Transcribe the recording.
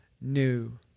new